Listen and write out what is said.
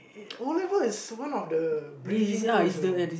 oh that one is one of the bridging points you know